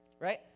right